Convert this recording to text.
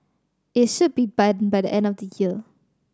it should be by the end of next year